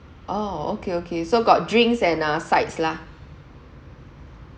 orh okay okay so got drinks and uh sides lah